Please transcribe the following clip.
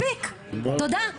תודה.